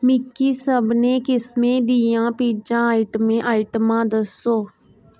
मिगी सभनें किसमें दियां पिज़्ज़ा आइटमें आइटमां दस्सो